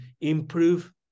improve